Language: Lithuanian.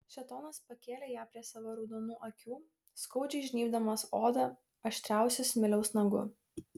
šėtonas pakėlė ją prie savo raudonų akių skaudžiai žnybdamas odą aštriausiu smiliaus nagu